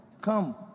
Come